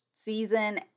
season